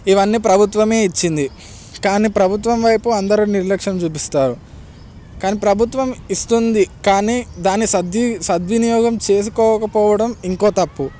ఇవన్నీ ప్రభుత్వమే ఇచ్చింది కానీ ప్రభుత్వం వైపు అందరు నిర్లక్ష్యం చూపిస్తారు కానీ ప్రభుత్వం ఇస్తుంది కానీ దాని సద్వి సద్వినియోగం చేసుకోకపోవడం ఇంకో తప్పు